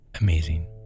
amazing